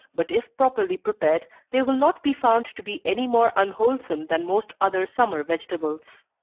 but if properly prepared, they will not be found to be any more unwholesome than most other summer vegetables.